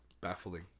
baffling